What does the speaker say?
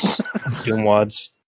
Doomwads